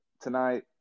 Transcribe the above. tonight